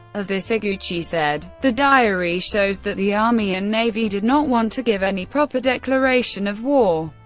of this, iguchi said, the diary shows that the army and navy did not want to give any proper declaration of war,